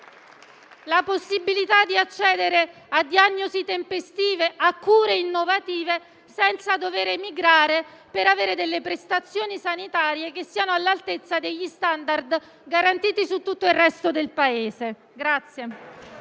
la possibilità di accedere a diagnosi tempestive e cure innovative, senza dover emigrare per ricevere prestazioni sanitarie all'altezza degli *standard* garantiti in tutto il resto del Paese.